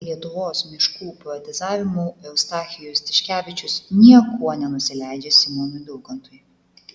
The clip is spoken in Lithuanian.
lietuvos miškų poetizavimu eustachijus tiškevičius niekuo nenusileidžia simonui daukantui